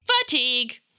Fatigue